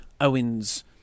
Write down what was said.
Owens